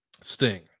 sting